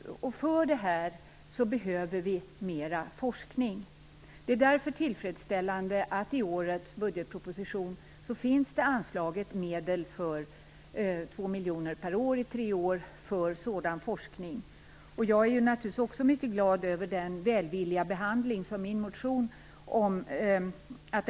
För att få svar på detta behövs det mer forskning. Därför är det tillfredsställande att det i årets budgetproposition finns anslaget medel för sådan forskning. Det är 2 miljoner per år i tre år. Jag är naturligtvis också mycket glad över den välvilliga behandling som min motion har fått.